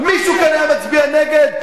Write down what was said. מישהו כאן היה מצביע נגד?